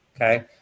okay